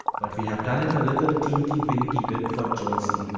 but we have done it a little teenty, weenty bit for jonesy,